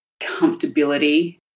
comfortability